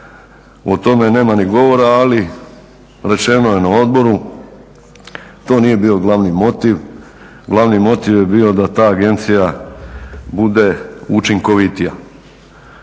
o tome nema ni govora, ali rečeno je na odboru to nije bio glavni motiv, glavni motiv je bio da ta agencija bude učinkovitija.